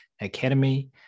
Academy